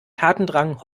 tatendrang